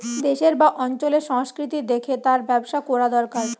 দেশের বা অঞ্চলের সংস্কৃতি দেখে তার ব্যবসা কোরা দোরকার